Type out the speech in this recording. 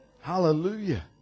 Hallelujah